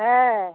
হ্যাঁ